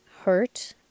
hurt